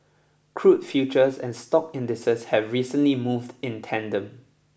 crude futures and stock indices have recently moved in tandem